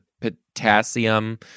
potassium